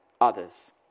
others